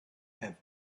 have